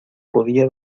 podía